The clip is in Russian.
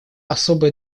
особое